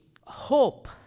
hope